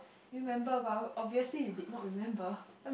you remember but obviously you did not remember